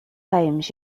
homes